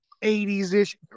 80s-ish